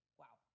wow